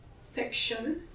section